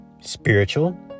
spiritual